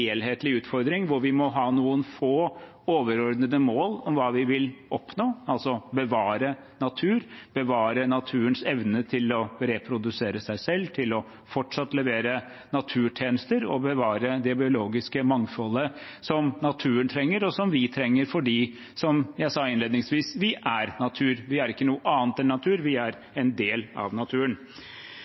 helhetlig utfordring – hvor vi må ha noen få, overordnede mål om hva vi vil oppnå. Det er altså å bevare natur, bevare naturens evne til å reprodusere seg selv og til fortsatt å levere naturtjenester, og bevare det biologiske mangfoldet som naturen trenger, og som vi trenger, fordi, som jeg sa innledningsvis, vi er natur. Vi er ikke noe annet enn natur, vi er en del av naturen.